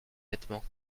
vêtements